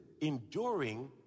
Enduring